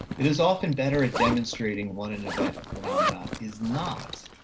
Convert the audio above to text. it is often better at demonstrating what an event or phenomenon is not